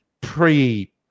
pre